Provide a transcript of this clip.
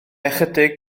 ychydig